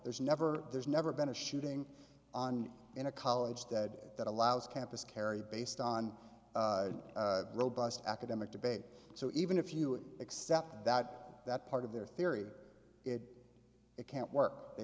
there's never there's never been a shooting on in a college that that allows campus carry based on a robust academic debate so even if you accept that that part of their theory or it it can't work they